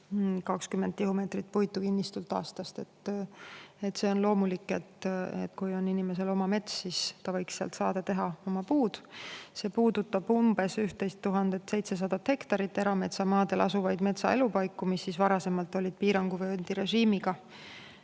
20 tihumeetrit puitu kinnistult aastas. See on loomulik, et kui inimesel on oma mets, siis ta võiks sealt saada teha omale [kütte]puid. See puudutab umbes 11 700 hektarit erametsamaadel asuvaid metsaelupaiku, mis varasemalt olid piiranguvööndi